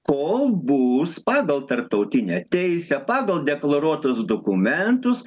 kol bus pagal tarptautinę teisę pagal deklaruotus dokumentus